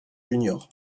junior